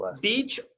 Beach